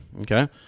okay